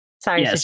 Sorry